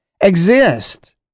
exist